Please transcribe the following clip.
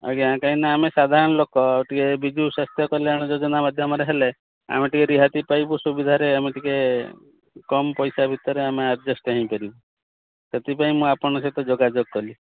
ଆଜ୍ଞା କାହିଁକିନା ଆମେ ସାଧାରଣ ଲୋକ ଟିକେ ବିଜୁ ସ୍ୱାସ୍ଥ୍ୟ କଲ୍ୟାଣ ଯୋଜନା ମାଧ୍ୟମରେ ହେଲେ ଆମେ ଟିକେ ରିହାତି ପାଇବୁ ସୁବିଧାରେ ଆମେ ଟିକେ କମ ପଇସା ଭିତରେ ଆମେ ଆଡଜଷ୍ଟ୍ ହୋଇପାରିବୁ ସେଥିପାଇଁ ମୁଁ ଆପଣଙ୍କ ସହିତ ଯୋଗାଯୋଗ କଲି